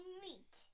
meat